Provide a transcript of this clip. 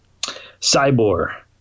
Cyborg